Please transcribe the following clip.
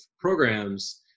programs